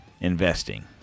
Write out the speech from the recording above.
investing